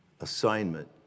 assignment